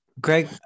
Greg